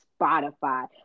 Spotify